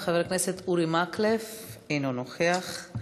חבר הכנסת אורי מקלב, אינו נוכח.